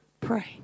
pray